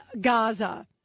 Gaza